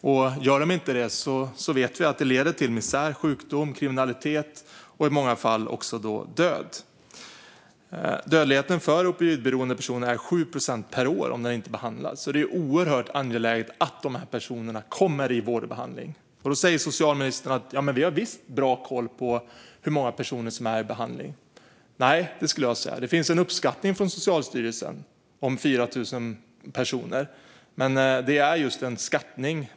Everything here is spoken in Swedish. Om de inte gör det leder detta till misär, sjukdom, kriminalitet och i många fall död. Dödligheten för opioidberoende personer är 7 procent per år om de inte får behandling. Det är därför oerhört angeläget att dessa personer kommer i vård och behandling. Socialministern säger att vi visst har bra koll på hur många personer som är i behandling. Nej, skulle jag säga. Det finns en uppskattning från Socialstyrelsen om 4 000 personer, men det är just en skattning.